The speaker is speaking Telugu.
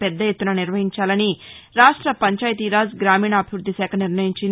పెద్ద ఎత్తున నిర్వహించాలని రాష్ట పంచాయతీరాజ్ గ్రామీణాభివ్బద్ది శాఖ నిర్ణయించింది